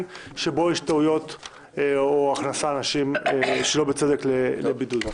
שבו יש טעויות או הכנסת אנשים שלא בצדק לבידוד.